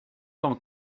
tant